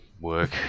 work